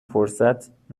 فرصت